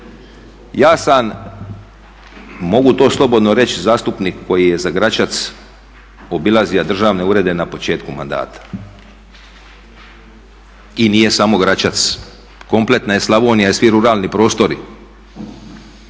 Ja sam mogu to slobodno reći zastupnik koji je za Gračac obilazio državne urede na početku mandata i nije samo Gračac, kompletna Slavonija i svi ruralni prostori,